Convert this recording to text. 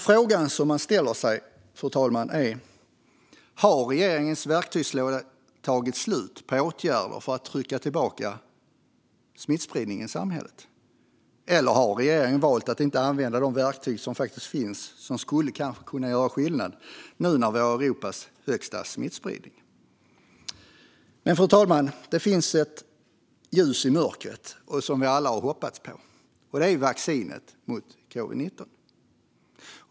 Frågan man ställer sig är, fru talman: Har regeringens verktygslåda av åtgärder för att trycka tillbaka smittspridningen i samhället tagit slut? Eller har regeringen valt att inte använda de verktyg som faktiskt finns och som kanske skulle kunna göra skillnad nu när vi har Europas högsta smittspridning? Fru talman! Det finns dock ett ljus i mörkret, som vi alla har hoppats på, och det är vaccinet mot covid-19.